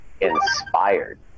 inspired